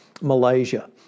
Malaysia